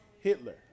Hitler